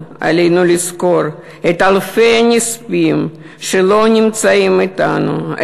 עלינו לזכור את אלפי הנספים שלא נמצאים אתנו,